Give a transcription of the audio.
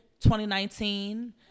2019